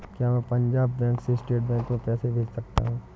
क्या मैं पंजाब बैंक से स्टेट बैंक में पैसे भेज सकता हूँ?